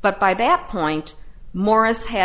but by that point morris had